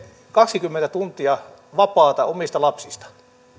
kaksikymmentä tuntia vapaata omista lapsista